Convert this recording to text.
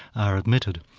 are admitted.